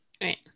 Right